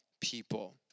people